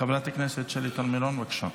חברת הכנסת שלי טל מירון, בבקשה,